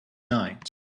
night